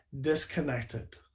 disconnected